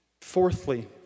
Fourthly